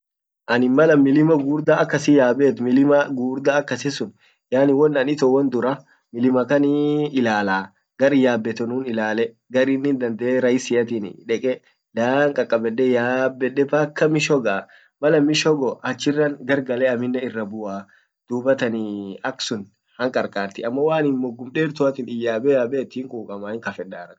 anin mal an milima gugurda akasi yabet milima gugurda akasisun won an ito won dura mlima kan ee ilalaa gar yabetenut ilale gar inin dandee rahisiatin laan kakabedde yyabede paka misho gaa mal an misho go achiran gar gale aminnen ira buaa dubatan ee aksun an qarqarti ammo waanin mogum deruatin yabet hinkukamaa hinkafedaa.